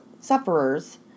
sufferers